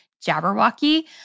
Jabberwocky